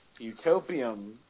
Utopium